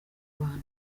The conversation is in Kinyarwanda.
bantu